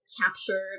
captured